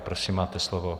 Prosím, máte slovo.